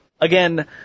Again